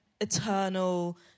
eternal